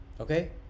okay